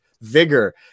vigor